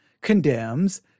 condemns